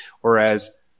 whereas